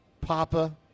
Papa